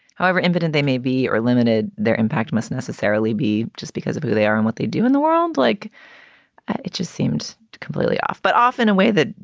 however embittered and they may be or limited, their impact must necessarily be just because of who they are and what they do in the world. like it just seems completely off, but often a way that,